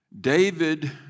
David